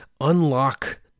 unlock